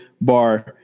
bar